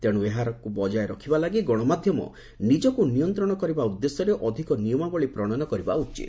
ତେଣୁ ଏହାକୁ ବଜାୟ ରଖିବା ଲାଗି ଗଣମାଧ୍ୟମ ନିଜକୁ ନିୟନ୍ତ୍ରଣ କରିବା ଉଦ୍ଦେଶ୍ୟରେ ଅଧିକ ନିୟମାବଳୀ ପ୍ରଣୟନ କରିବା ଉଚିତ